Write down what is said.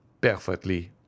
Perfectly